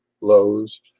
Lowe's